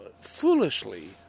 foolishly